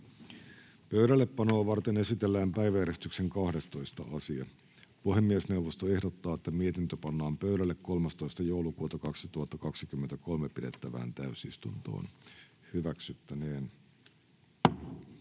Pöydällepanoa varten esitellään päiväjärjestyksen 12. asia. Puhemiesneuvosto ehdottaa, että mietintö pannaan pöydälle 13.12.2023 pidettävään täysistuntoon. [Speech